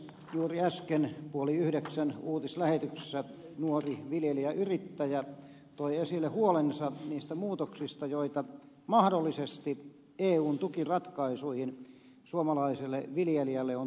juuri äsken puoli yhdeksän uutislähetyksessä nuori viljelijäyrittäjä toi esille huolensa niistä muutoksista joita mahdollisesti eun tukiratkaisuihin suomalaiselle viljelijälle on tulossa